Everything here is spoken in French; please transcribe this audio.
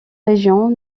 régions